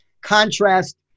contrast